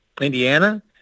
Indiana